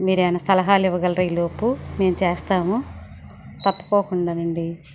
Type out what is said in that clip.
మీరు ఏమైనా సలహాలు ఇవ్వగలరా ఈ లోపు మేం చేస్తాము తప్పుకోకుండానండి